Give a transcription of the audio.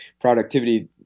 productivity